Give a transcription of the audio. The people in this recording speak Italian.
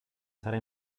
sarà